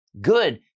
good